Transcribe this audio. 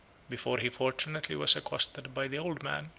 before he fortunately was accosted by the old man,